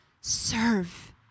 serve